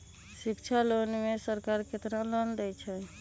शिक्षा लोन में सरकार केतना लोन दे हथिन?